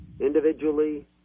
Individually